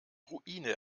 ruine